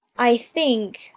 i think,